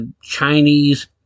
Chinese